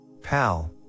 pal